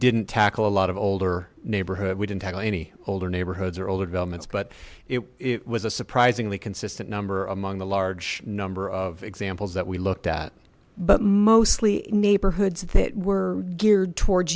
didn't tackle a lot of older neighborhood we didn't have any older neighborhoods or older developments but it was a surprisingly consistent number among the large number of examples that we looked at but mostly neighborhoods that were geared towards